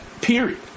Period